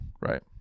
right